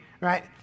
right